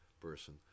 person